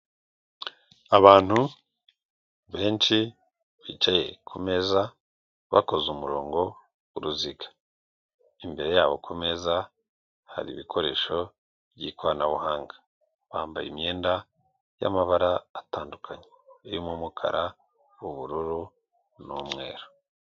Abantu benshi bicaye ku meza bakoze umurongo w'uruziga, imbere yabo ku meza hari ibikoresho by'ikoranabuhanga bambaye imyenda y'amabara atandukanye irimo umukara, ubururu n'umweru.